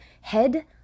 head